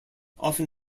often